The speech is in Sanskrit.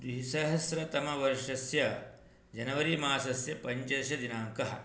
द्विसहस्रतमवर्षस्य जनवरी मासस्य पञ्चदशदिनाङ्कः